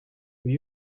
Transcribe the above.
will